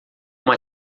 uma